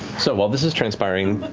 so while this is transpiring,